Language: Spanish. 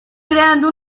creando